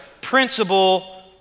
principle